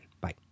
Bye